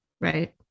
Right